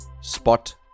Spot